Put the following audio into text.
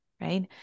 right